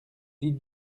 dit